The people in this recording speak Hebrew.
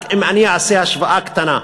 רק אם אני אעשה השוואה קטנה,